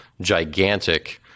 gigantic